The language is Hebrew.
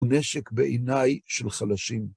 הוא נשק בעיניי של חלשים.